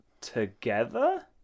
together